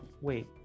Wait